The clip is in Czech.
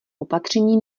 opatření